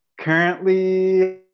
currently